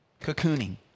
cocooning